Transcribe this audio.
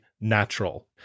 natural